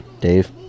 Dave